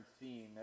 theme